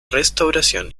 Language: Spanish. restauración